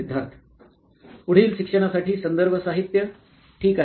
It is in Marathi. सिद्धार्थ पुढील शिक्षणासाठी संदर्भ साहित्य ठीक आहे